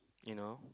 you know